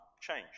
change